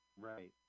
Right